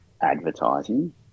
advertising